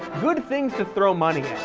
good things to throw money